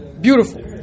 beautiful